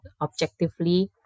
objectively